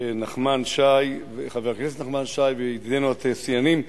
נחמן שי, חבר הכנסת נחמן שי, וידידינו התעשיינים,